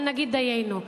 אבל נגיד דיינו?